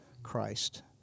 Christ